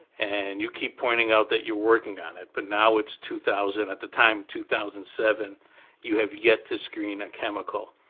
and you keep pointing out that you're working on it, but now it's two thousand at the time two thousand and seven you have yet to screen a chemical.